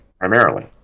primarily